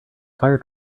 fire